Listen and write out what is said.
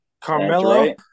Carmelo